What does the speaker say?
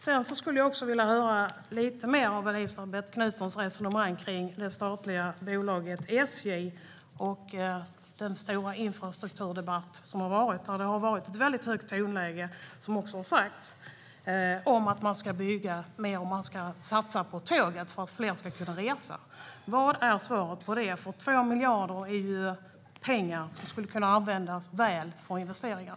Sedan skulle jag också vilja höra lite mer av Elisabet Knutssons resonemang kring det statliga bolaget SJ och den stora infrastrukturdebatt som har varit. Tonläget där har varit väldigt högt, vilket också har sagts här tidigare, om att man ska bygga mer och satsa på tåget för att fler ska kunna resa. Vad är svaret på det? 2 miljarder är ju pengar som skulle kunna användas väl för investeringar.